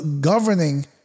governing